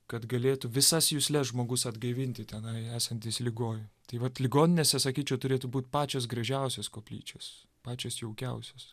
kad galėtų visas jusles žmogus atgaivinti tenai esantis ligoj tai vat ligoninėse sakyčiau turėtų būt pačios gražiausios koplyčios pačios jaukiausios